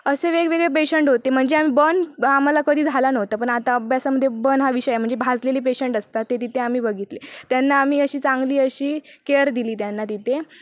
असे वेगवेगळे पेशंट होते म्हणजे आम्ही पण आम्हाला कधी झाला नव्हता पण आता अभ्यासामध्ये पण हा विषय म्हणजे भाजलेली पेशंट असतात ते तिथे आम्ही बघितले त्यांना आम्ही अशी चांगली अशी केअर दिली त्यांना तिथे